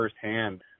firsthand